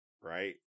right